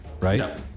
right